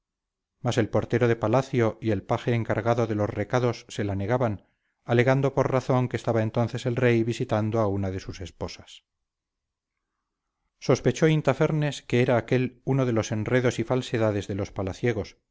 mas el portero de palacio y el paje encargado de los recados se la negaban alegando por razón que estaba entonces el rey visitando a una de sus esposas sospechó intafernes que era aquel uno de los enredos y falsedades de los palaciegos